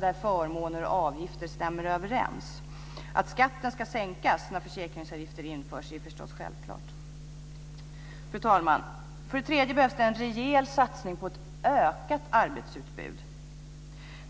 där förmåner och avgifter stämmer överens. Att skatten ska sänkas när försäkringsavgifter införs är förstås självklart. Fru talman! För det tredje behövs en rejäl satsning på ett ökat arbetsutbud.